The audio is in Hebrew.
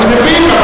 לא, אני מבין.